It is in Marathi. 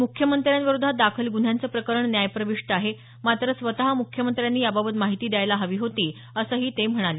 मुख्यमंत्र्यांविरोधात दाखल गुन्ह्यांचं प्रकरण न्यायप्रविष्ट आहे मात्र स्वत मुख्यमंत्र्यांनी याबाबत माहिती द्यायला हवी होती असं ते म्हणाले